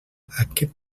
aquest